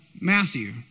Matthew